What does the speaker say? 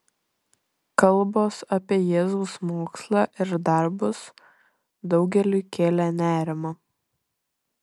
kalbos apie jėzaus mokslą ir darbus daugeliui kėlė nerimą